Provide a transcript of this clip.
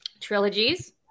trilogies